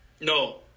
No